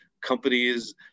companies